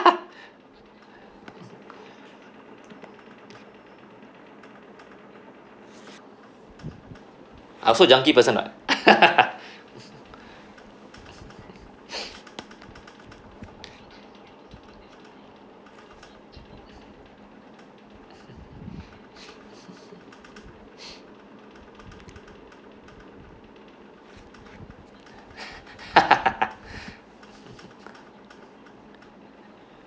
I also junkie person [what]